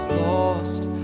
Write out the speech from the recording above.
lost